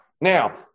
Now